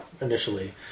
initially